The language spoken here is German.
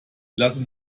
lassen